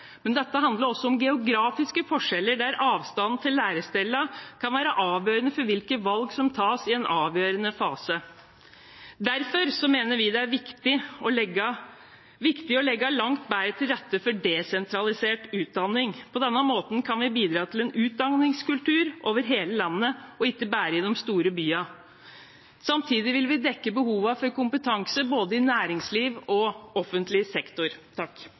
men dette handler også om geografiske forskjeller, der avstanden til lærestedene kan være avgjørende for hvilke valg som tas i en avgjørende fase. Derfor mener vi det er viktig å legge langt bedre til rette for desentralisert utdanning. På denne måten kan vi bidra til en utdanningskultur over hele landet – ikke bare i de store byene. Samtidig vil vi dekke behovene for kompetanse både i næringsliv og i offentlig sektor.